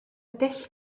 dull